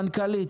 מנכ"לית